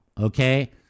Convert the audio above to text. Okay